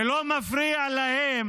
ולא מפריע להם